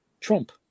trump